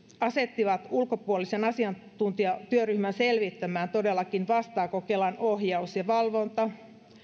asettivat ulkopuolisen asiantuntijatyöryhmän selvittämään todellakin vastaako kelan ohjaus ja valvonta